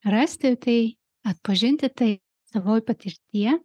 rasti tai atpažinti tai savoj patirtyje